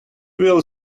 will